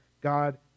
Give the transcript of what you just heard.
God